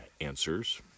answers